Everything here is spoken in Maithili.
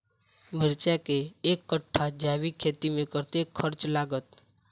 मिर्चा केँ एक कट्ठा जैविक खेती मे कतेक खर्च लागत?